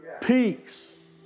Peace